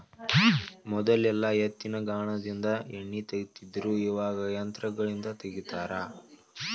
ಮೊದಲೆಲ್ಲಾ ಎತ್ತಿನಗಾನದಿಂದ ಎಣ್ಣಿ ತಗಿತಿದ್ರು ಇವಾಗ ಯಂತ್ರಗಳಿಂದ ತಗಿತಾರ